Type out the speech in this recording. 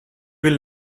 will